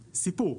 סיפור.